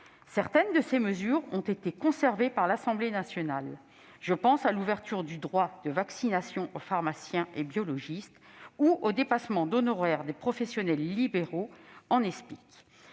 introduites par le Sénat ont été conservées par l'Assemblée nationale. Je pense à l'ouverture du droit de vaccination aux pharmaciens et biologistes ou encore aux dépassements d'honoraires des professionnels libéraux en Espic.